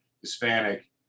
hispanic